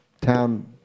town